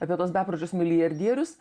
apie tuos bepročius milijardierius